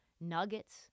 Nuggets